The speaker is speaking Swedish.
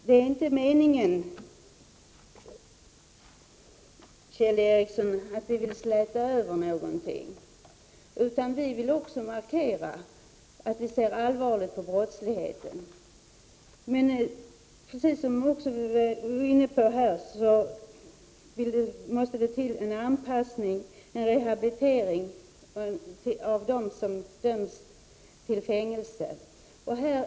Det är inte meningen att släta över Kjell Ericsson. Vi vill också markera att vi ser allvarligt på brottslighet. Men det måste till en anpassning, en rehabilitering av dem som döms till fängelse, precis som vi var inne på.